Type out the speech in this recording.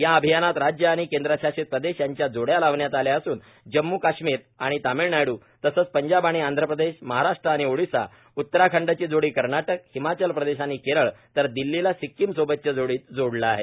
या अभियानात राज्य आणि केंद्र शासीत प्रदेश यांच्या जोड्या लावण्यात आल्या असून जम्मू काश्मीर आणि तामिळनाडू तसंच पंजाब आणि आंध प्रदेश महाराष्ट् आणि ओडिशा उत्तराखंडची जोडी कर्नाटक हिमाचल प्रदेश आणि केरळ तर दिल्लीला सिक्कीम सोबतच्या जोडीत जोडलं आहे